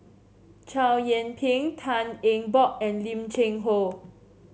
Chow Yian Ping Tan Eng Bock and Lim Cheng Hoe